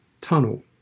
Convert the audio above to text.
tunnel